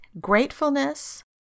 gratefulness